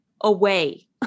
away